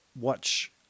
watch